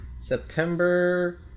September